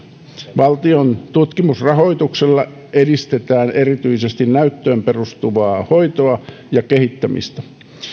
valtion tutkimusrahoituksella edistetään erityisesti näyttöön perustuvaa hoitoa ja kehittämistä